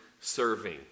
serving